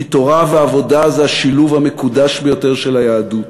כי תורה ועבודה זה השילוב המקודש ביותר של היהדות.